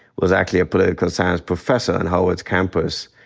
was actually a political science professor on howard's campus,